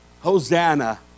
Hosanna